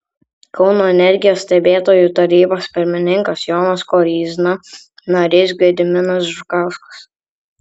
kauno energijos stebėtojų tarybos pirmininkas jonas koryzna narys gediminas žukauskas